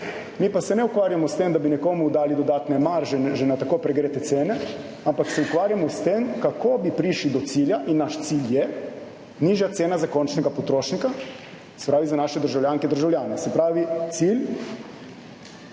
Mi pa se ne ukvarjamo s tem, da bi nekomu dali dodatne marže že na tako pregrete cene, ampak se ukvarjamo s tem, kako bi prišli do cilja in naš cilj je nižja cena za končnega potrošnika, se pravi za naše državljanke, državljane. Se pravi,